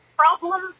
problem